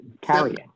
carrying